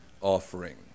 offering